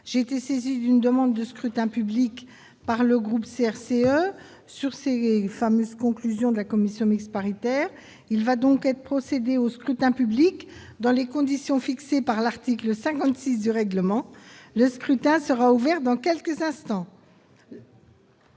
j'ai été saisi d'une demande de scrutin public par le groupe CRCE sur ces fameuses conclusions de la commission mixte paritaire, il va donc procéder au scrutin public dans les conditions fixées par l'article 56 du règlement, le scrutin sera ouvert dans quelques instants.